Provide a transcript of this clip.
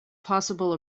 possible